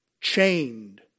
chained